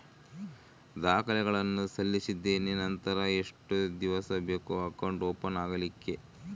ದಾಖಲೆಗಳನ್ನು ಸಲ್ಲಿಸಿದ್ದೇನೆ ನಂತರ ಎಷ್ಟು ದಿವಸ ಬೇಕು ಅಕೌಂಟ್ ಓಪನ್ ಆಗಲಿಕ್ಕೆ?